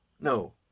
No